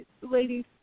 ladies